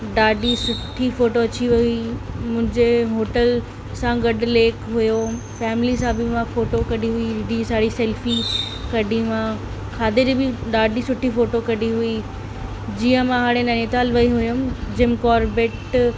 ॾाढी सुठी फ़ोटो अची हुई मुंहिंजे होटल सां गॾु लेक हुयो फैमिली सां बि मां फ़ोटो कढी हुई हेॾी सारी सैल्फी कढी मां खाधे जी बि ॾाढी सुठी फ़ोटो कढी हुई जीअं मां हाणे नैनीताल वई हुयमि जिम कॉर्बेट